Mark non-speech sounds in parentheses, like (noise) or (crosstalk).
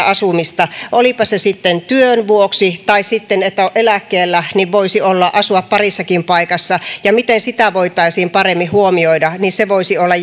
(unintelligible) asumista olipa se sitten työn vuoksi tai siksi että on eläkkeellä niin että voisi asua parissakin paikassa ja sitä voitaisiin paremmin huomioida niin se voisi olla (unintelligible)